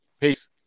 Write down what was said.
Peace